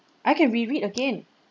I can reread again